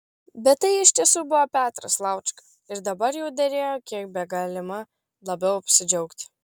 bet tai iš tiesų buvo petras laučka ir dabar jau derėjo kiek begalima labiau apsidžiaugti